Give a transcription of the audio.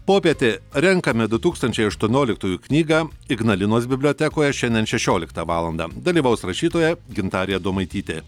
popietė renkame du tūkstančiai aštuonioliktųjų knygą ignalinos bibliotekoje šiandien šešioliktą valandą dalyvaus rašytoja gintarė adomaitytė